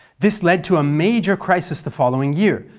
this led to a major crisis the following year,